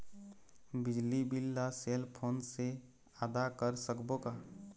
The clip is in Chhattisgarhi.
बिजली बिल ला सेल फोन से आदा कर सकबो का?